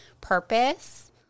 purpose